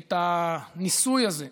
את הניסוי הזה,